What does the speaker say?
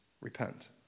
repent